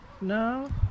no